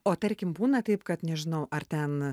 o tarkim būna taip kad nežinau ar ten